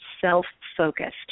self-focused